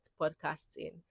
podcasting